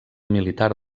militar